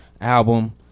album